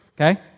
okay